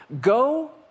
Go